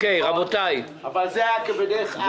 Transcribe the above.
אבל זה היה כבדרך אגב.